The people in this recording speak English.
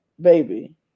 baby